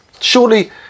Surely